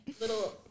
Little